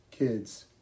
kids